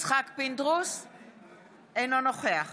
אינו נוכח